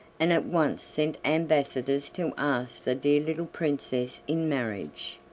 and at once sent ambassadors to ask the dear little princess in marriage.